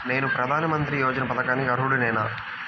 నేను ప్రధాని మంత్రి యోజన పథకానికి అర్హుడ నేన?